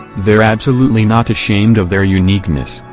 they're absolutely not ashamed of their uniqueness,